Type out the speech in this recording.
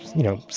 you know,